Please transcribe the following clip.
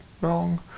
wrong